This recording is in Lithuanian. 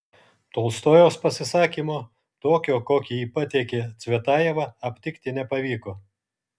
tolstojaus pasisakymo tokio kokį jį pateikė cvetajeva aptikti nepavyko